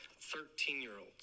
Thirteen-year-olds